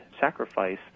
sacrifice